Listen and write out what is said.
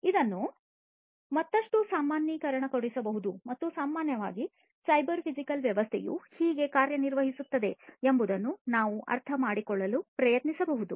ಇದನ್ನು ಮತ್ತಷ್ಟು ಸಾಮಾನ್ಯೀಕರಿಸಬಹುದು ಮತ್ತು ಸಾಮಾನ್ಯವಾಗಿ ಸೈಬರ್ ಫಿಸಿಕಲ್ ವ್ಯವಸ್ಥೆಯು ಹೇಗೆ ಕಾರ್ಯನಿರ್ವಹಿಸುತ್ತದೆ ಎಂಬುದನ್ನು ನಾವು ಅರ್ಥಮಾಡಿಕೊಳ್ಳಲು ಪ್ರಯತ್ನಿಸಬಹುದು